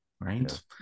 right